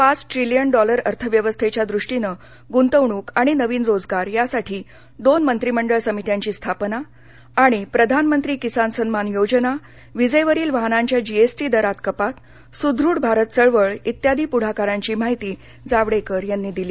पाच trillion dollar अर्थव्यवस्थेच्या दृष्टिनं गुंतवणूक आणि नवीन रोजगार यासाठी दोन मंत्रीमंडळ समित्यांची स्थापना आणि प्रधान मंत्री किसान सन्मान योजना विजेवरील वाहनांच्या जीएसटी दरात कपात सुदृढ भारत चळवळ इत्यादि पुढाकारांची माहिती जावडेकर यांनी दिली